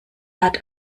hat